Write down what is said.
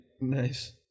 Nice